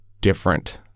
different